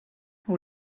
who